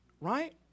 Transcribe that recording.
right